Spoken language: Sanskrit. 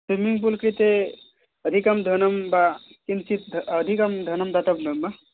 स्विमिङ्ग् पूल् कृते अधिकं धनं वा किञ्चित् अधिकं धनं दातव्यं वा